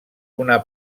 una